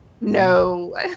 No